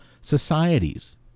societies